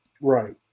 right